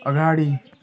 अगाडि